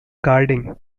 guarding